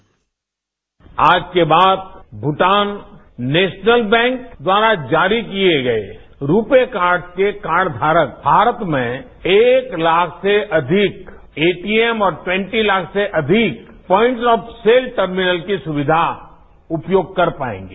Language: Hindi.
बाइट आज के बाद भूटान नेशनल बैंक द्वारा जारी किए गए रुपये कार्डस के कार्ड धारक भारत में एक लाख से अधिक एटीम और टवेंटी लाख से अधिक पॉइंट्स ऑफ सेल टर्मिनल की सुविधा उपयोग कर पाएंगे